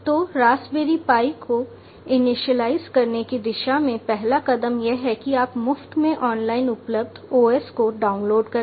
तो raspberry pi को initialise करने की दिशा में पहला कदम यह है कि आप मुफ़्त में ऑनलाइन उपलब्ध OS को डाउनलोड करें